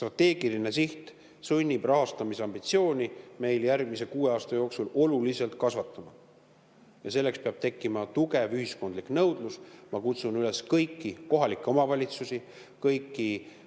strateegiline siht sunnib meid rahastamisambitsiooni järgmise kuue aasta jooksul oluliselt kasvatama. Ja selleks peab tekkima tugev ühiskondlik nõudlus. Ma kutsun üles kõiki kohalikke omavalitsusi, kõiki